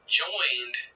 joined